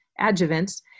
adjuvants